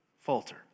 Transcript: falter